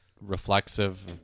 reflexive